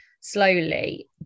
slowly